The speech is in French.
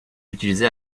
utilisé